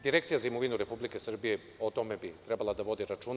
Direkcija za imovinu Republike Srbije o tome bi trebala da vodi računa.